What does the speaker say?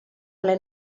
alle